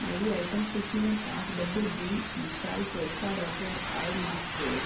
मेरी आइटम सूचि में पाँच डब्बे बी विशाल पोल्का डॉटेड आय मास्क जोड़े